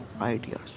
ideas